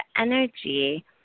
energy